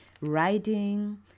riding